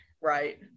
Right